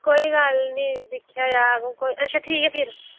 कोई गल्ल निं दिक्खेआ जाह्ग अच्छा फिर